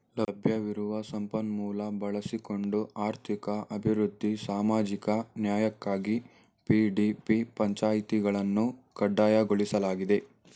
ಲಭ್ಯವಿರುವ ಸಂಪನ್ಮೂಲ ಬಳಸಿಕೊಂಡು ಆರ್ಥಿಕ ಅಭಿವೃದ್ಧಿ ಸಾಮಾಜಿಕ ನ್ಯಾಯಕ್ಕಾಗಿ ಪಿ.ಡಿ.ಪಿ ಪಂಚಾಯಿತಿಗಳನ್ನು ಕಡ್ಡಾಯಗೊಳಿಸಲಾಗಿದೆ